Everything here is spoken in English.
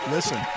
Listen